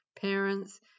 parents